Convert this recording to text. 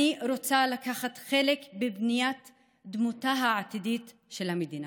אני רוצה לקחת חלק בבניית דמותה העתידית של המדינה.